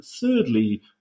thirdly